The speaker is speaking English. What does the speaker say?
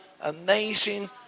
amazing